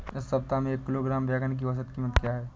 इस सप्ताह में एक किलोग्राम बैंगन की औसत क़ीमत क्या है?